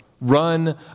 Run